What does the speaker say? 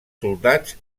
soldats